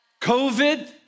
COVID